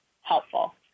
helpful